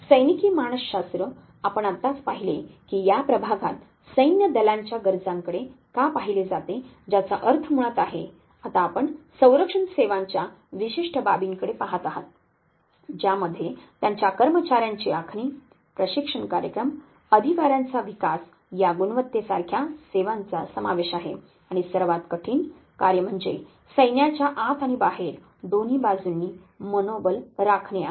सैनिकी मानसशास्त्र आपण आताच पाहिले की या प्रभागात सैन्य दलांच्या गरजांकडे का पाहिले जाते ज्याचा अर्थ मुळात आहे आता आपण संरक्षण सेवांच्या विशिष्ट बाबींकडे पहात आहात ज्यामध्ये त्यांच्या कर्मचार्यांची आखणी प्रशिक्षण कार्यक्रम अधिकार्यांचा विकास या गुणवत्तेसारख्या सेवांचा समावेश आहे आणि सर्वात कठीण कार्य म्हणजे सैन्याच्या आत आणि बाहेर दोन्ही बाजूंनी मनोबल राखणे आहे